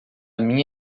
mim